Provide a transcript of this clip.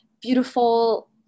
beautiful